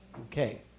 okay